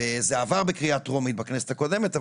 זה עבר בקריאה טרומית בכנסת הקודמת,